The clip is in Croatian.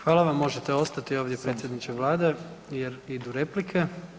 Hvala vam, možete ostati ovdje predsjedniče Vlade jer idu replike.